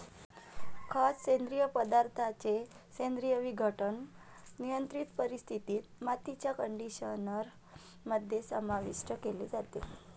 खत, सेंद्रिय पदार्थांचे सेंद्रिय विघटन, नियंत्रित परिस्थितीत, मातीच्या कंडिशनर मध्ये समाविष्ट केले जाते